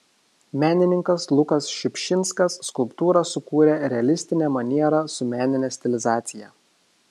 menininkas lukas šiupšinskas skulptūrą sukūrė realistine maniera su menine stilizacija